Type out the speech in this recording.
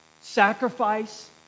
Sacrifice